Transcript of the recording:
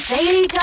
Daily